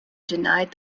denied